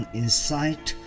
insight